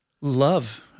love